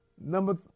Number